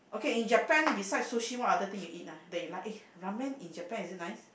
okay in Japan beside Sushi what other things you eat ah that you like eh Ramen in Japan is it nice